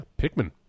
Pikmin